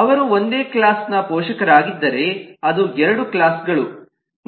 ಅವರು ಒಂದೇ ಕ್ಲಾಸ್ ನ ಪೋಷಕರಾಗಿದ್ದರೆ ಅದು 2 ಕ್ಲಾಸ್ ಗಳು